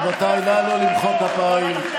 רבותיי, נא לא למחוא כפיים.